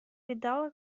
видала